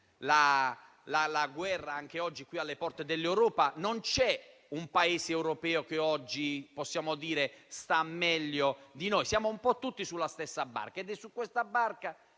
la guerra anche oggi alle porte dell'Europa. Non c'è un Paese europeo che oggi sta meglio di noi; siamo tutti sulla stessa barca ed è su questa barca